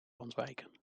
ontwijken